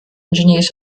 engineers